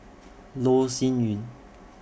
Loh Sin Yun